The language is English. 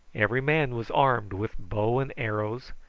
every man was armed with bow and arrows,